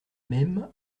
mêmes